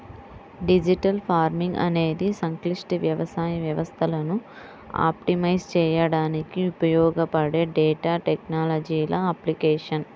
digital farming అనేది సంక్లిష్ట వ్యవసాయ వ్యవస్థలను ఆప్టిమైజ్ చేయడానికి ఉపయోగపడే డేటా టెక్నాలజీల అప్లికేషన్